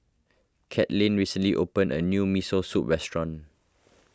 Katlin recently opened a new Miso Soup restaurant